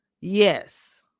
yes